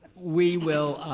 we will,